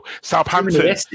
Southampton